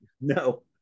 No